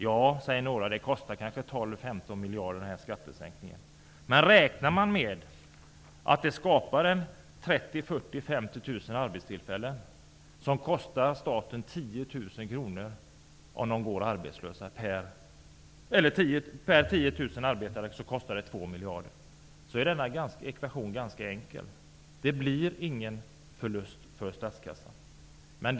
Då säger några att denna skattesänkning kostar 12--15 miljarder kronor. Men räknar man med att det skapar 30 000--50 000 arbetstillfällen, så kostar det 2 miljarder per 10 000 arbetare. Då är ekvationen ganska enkel. Det blir ingen förlust för statskassan.